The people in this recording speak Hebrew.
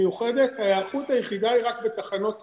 מיוחדת, ההיערכות היחידה היא רק בתחנות תדלוק,